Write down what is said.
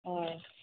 हय